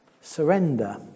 Surrender